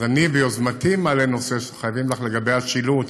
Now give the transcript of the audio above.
אני ביוזמתי מעלה נושא שחייבים לך, לגבי השילוט.